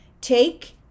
Take